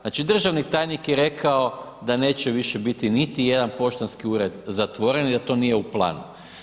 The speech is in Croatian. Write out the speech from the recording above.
Znači, državni tajnik je rekao da neće više biti niti jedan poštanski ured zatvoren i da to nije u planu.